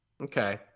Okay